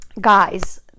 guys